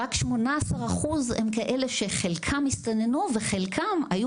רק 18 אחוז הם כאלה שחלקם הסתננו וחלקם היו